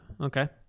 Okay